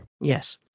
Yes